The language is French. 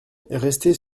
rester